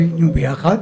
היינו ביחד.